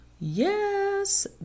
Yes